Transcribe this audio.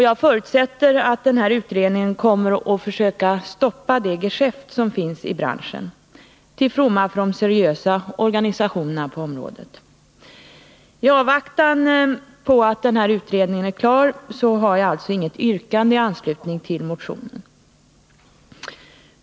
Jag förutsätter att den här utredningen kommer att försöka stoppa det geschäft som förekommer i branschen till fromma för de seriösa organisationerna på området. I avvaktan på att denna utredning blir klar har jag inget yrkande i anslutning till motionen.